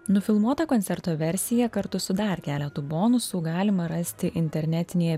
nufilmuotą koncerto versiją kartu su dar keletu bonusų galima rasti internetinėje